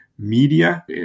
Media